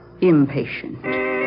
impatient